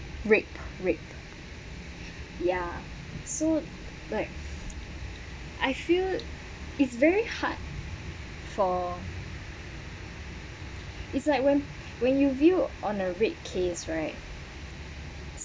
rape rape ya so like I feel it's very hard for it's like when when you view on a rape case right